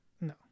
No